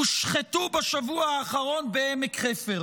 הושחתו בשבוע האחרון בעמק חפר.